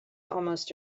almost